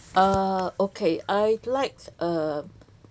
uh okay I like uh